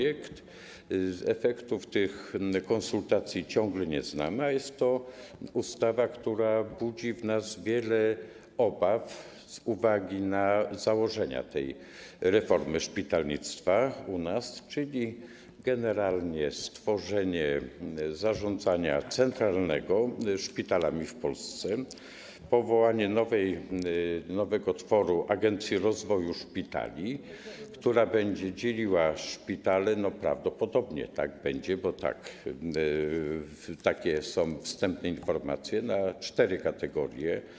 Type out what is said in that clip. Efektów tych konsultacji ciągle nie znamy, a jest to ustawa, która budzi w nas wiele obaw z uwagi na założenia tej reformy szpitalnictwa u nas, czyli generalnie stworzenie centralnego zarządzania szpitalami w Polsce, powołanie nowego tworu: Agencji Rozwoju Szpitali, która będzie dzieliła szpitale - prawdopodobnie tak będzie, bo takie są wstępne informacje - na cztery kategorie.